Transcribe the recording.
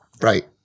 right